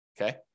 Okay